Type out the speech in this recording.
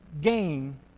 gain